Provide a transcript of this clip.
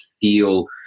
feel